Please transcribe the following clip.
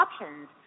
options